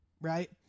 right